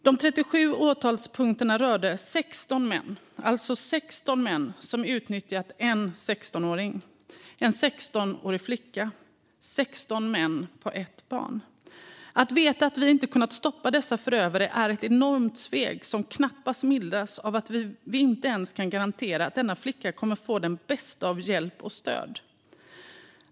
De 37 åtalspunkterna rörde 16 män som utnyttjat en 16-årig flicka, alltså 16 män på ett barn. Att vi inte kunnat stoppa dessa förövare är ett enormt svek som knappast mildras av att vi inte ens kan garantera att denna flicka kommer att få bästa möjliga hjälp och stöd.